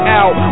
out